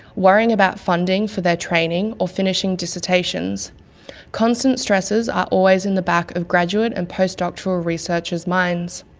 worrying about funding for their training or finishing dissertations constant stressors are always in the back of graduate and post-doctoral researchers' minds.